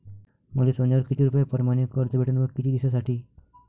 मले सोन्यावर किती रुपया परमाने कर्ज भेटन व किती दिसासाठी?